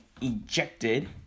ejected